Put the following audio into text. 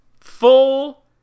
Full